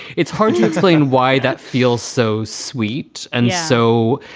it's hard to explain why that feels so sweet. and so,